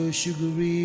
sugary